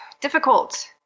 difficult